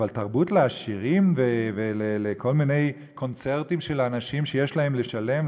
אבל תרבות לעשירים ולכל מיני קונצרטים של אנשים שיש להם לשלם?